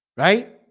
right